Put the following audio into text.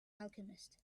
alchemist